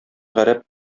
гарәп